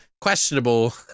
questionable